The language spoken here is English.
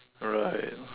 right